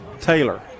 Taylor